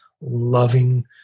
loving